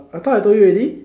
I thought I told you already